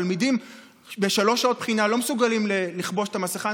תלמידים בשלוש שעות בחינה לא מסוגלים לחבוש את המסכה.